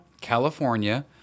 California